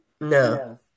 No